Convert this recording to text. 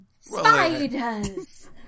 Spiders